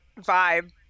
vibe